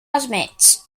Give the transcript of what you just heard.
admit